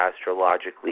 astrologically